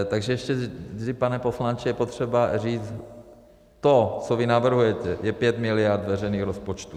Takže ještě vždy, pane poslanče, je potřeba říct, to, co vy navrhujete, je 5 miliard veřejných rozpočtů.